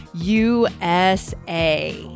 USA